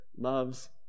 loves